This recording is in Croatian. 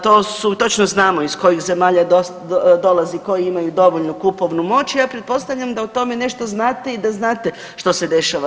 Točno znamo iz kojih zemalja dolazi koji imaju dovoljnu kupovnu moć i ja pretpostavljam da o tome nešto znate i da znate što se dešava.